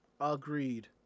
Agreed